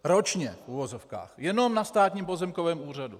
Ročně, v uvozovkách, jenom na Státním pozemkovém úřadu.